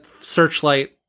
searchlight